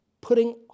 putting